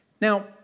Now